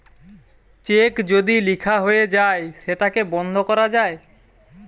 check যদি লিখা হয়ে যায় সেটাকে বন্ধ করা যায়